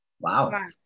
Wow